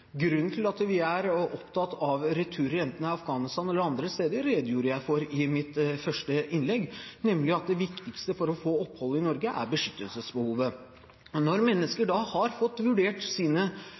at vi er opptatt av returer, enten det er til Afghanistan eller til andre steder, redegjorde jeg for i mitt første innlegg, nemlig at det viktigste for å få opphold i Norge er beskyttelsesbehovet. Og når mennesker da har fått vurdert